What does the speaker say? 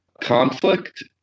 conflict